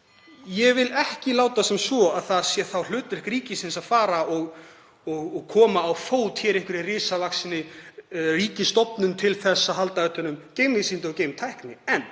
Ég vil ekki láta sem svo að það sé hlutverk ríkisins að fara að koma á fót hér einhverri risavaxinni ríkisstofnun til að halda utan um geimvísindi og geimtækni. En